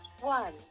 one